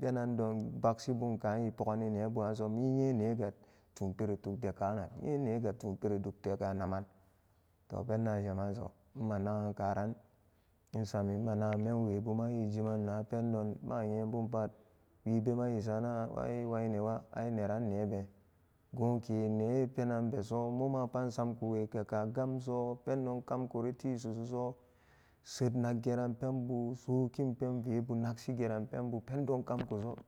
penandon bagshibun ka i pogani neranso nnyen ne ga tun piri tuk de kaan nam am pendaan shemanso nmanagan kuran nsam ima nmanagan menwebuma i jiman na pendon ma nyebun pat wibema i sarana ai wane wa ai neran ne been goon ke nee penan beso maman pat nsam kuwega kagam teso pendom kam kuri ti susu so set naggeran penbu sokin penbu nak shigeran penbu kam kuso.